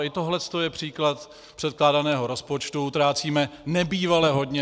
I tohle je příklad předkládaného rozpočtu, utrácíme nebývale hodně.